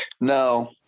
No